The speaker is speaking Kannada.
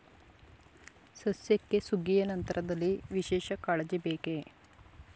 ಸಸ್ಯಕ್ಕೆ ಸುಗ್ಗಿಯ ನಂತರದಲ್ಲಿ ವಿಶೇಷ ಕಾಳಜಿ ಬೇಕೇ?